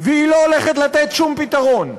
והיא לא הולכת לתת שום פתרון.